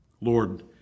Lord